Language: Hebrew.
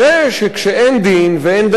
כשאין דין ואין דיין,